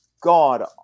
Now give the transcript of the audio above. god